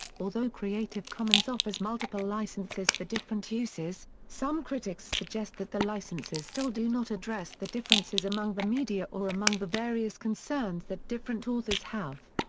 although creative commons offers multiple licenses for different uses, some critics suggest that the licenses still do not address the differences among the media or among the various concerns that different authors have.